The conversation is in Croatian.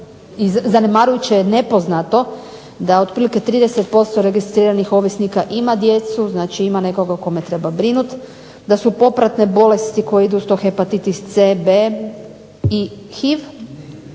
zanemarujuće je nepoznato da otprilike 30% registriranih ovisnika ima djecu, znači da imaju nekoga o kome treba brinuti, da su popratne bolesti koje idu uz to Hepatitis C, B i HIV